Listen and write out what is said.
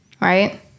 right